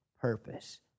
purpose